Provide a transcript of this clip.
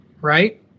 right